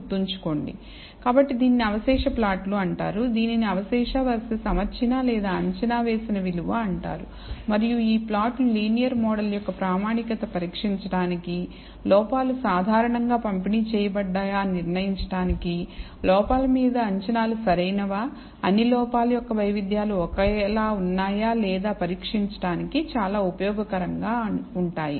గుర్తుంచుకోండి కాబట్టి దీనిని అవశేష ప్లాట్లు అంటారు దీనిని అవశేష వర్సెస్ అమర్చిన లేదా అంచనా వేసిన విలువ అంటారు మరియు ఈ ప్లాట్లు లీనియర్ మోడల్ యొక్క ప్రామాణికత పరీక్షించడానికి లోపాలు సాధారణంగా పంపిణీ చేయబడ్డాయా అని నిర్ణయించడానికి లోపాల మీద అంచనాలు సరైనవా అన్ని లోపాల యొక్క వైవిధ్యాలు ఒకేలా ఉన్నాయా లేదా పరీక్షించడానికి చాలా ఉపయోగకరంగా ఉంటాయి